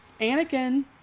Anakin